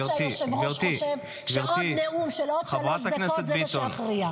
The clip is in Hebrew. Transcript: שהיושב-ראש חושב שעוד נאום של עוד שלוש דקות זה מה שיכריע.